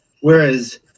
whereas